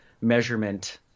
measurement